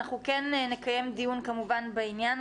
אנחנו כן נקיים דיון כמובן בעניין.